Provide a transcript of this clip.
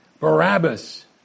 Barabbas